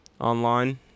online